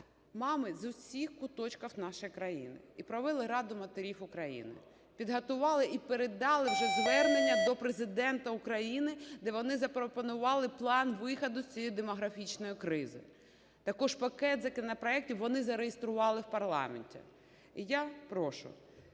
мами з усіх куточків нашої країни і провели Раду матерів України. Підготували і передали вже звернення до Президента України, де вони запропонували план виходу з цієї демографічної кризи. Також пакет законопроектів вони зареєстрували в парламенті. І я прошу